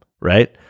right